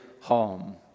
home